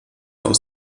aus